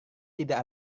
tidak